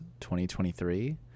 2023